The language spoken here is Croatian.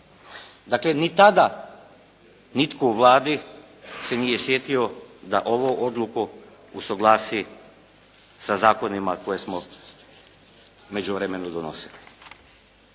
Dakle ni tada nitko u Vladi se nije sjetio da ovu odluku usuglasi sa zakonima koje smo u međuvremenu donosili.